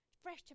fresh